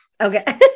Okay